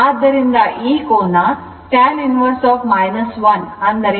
ಆದ್ದರಿಂದ ಈ ಕೋನ tan inverse ಅಂದರೆ 45 o ಆಗುತ್ತದೆ